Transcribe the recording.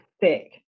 thick